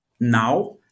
now